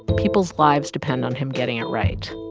people's lives depend on him getting it right.